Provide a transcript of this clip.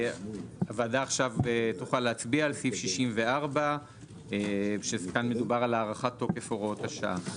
הוועדה עכשיו תוכל להצביע על סעיף 64. מדובר על הארכת תוקף הוראות השעה.